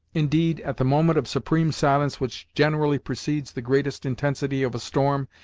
indeed, at the moment of supreme silence which generally precedes the greatest intensity of a storm,